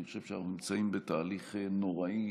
אני חושב שאנחנו נמצאים בתהליך נוראי.